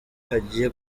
hagiye